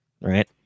right